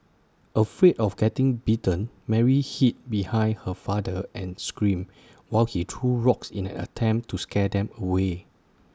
afraid of getting bitten Mary hid behind her father and screamed while he threw rocks in an attempt to scare them away